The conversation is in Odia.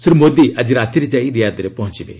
ଶ୍ରୀ ମୋଦି ଆଜି ରାତିରେ ଯାଇ ରିୟାଦ୍ରେ ପହଞ୍ଚବେ